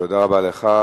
תודה רבה לך.